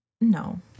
No